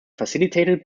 facilitated